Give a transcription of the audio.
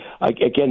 Again